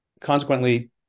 Consequently